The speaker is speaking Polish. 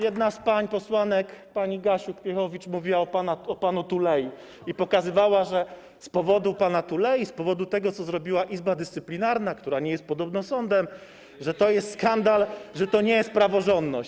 Jedna z pań posłanek, pani Gasiuk-Pihowicz mówiła o panu Tulei i pokazywała, że z powodu pana Tulei, z powodu tego, co zrobiła izba dyscyplinarna, która nie jest podobno sądem, że to jest skandal, że to nie jest praworządność.